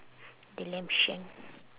the lamb shank